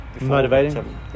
Motivating